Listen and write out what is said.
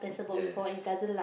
yes